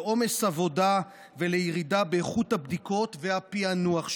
לעומס עבודה ולירידה באיכות הבדיקות והפענוח שלהן.